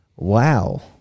Wow